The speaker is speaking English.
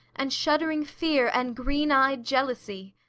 and shuddering fear, and green-ey'd jealousy!